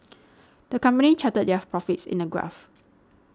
the company charted their profits in a graph